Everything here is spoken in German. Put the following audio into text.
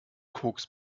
koks